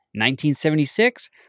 1976